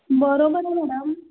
बरोबर आहे मॅडम